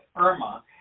Irma